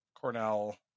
Cornell